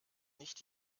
nicht